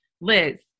Liz